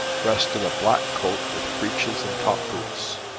dressed in a black coat with breeches and top-boots.